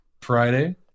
Friday